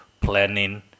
planning